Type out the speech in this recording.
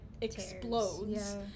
explodes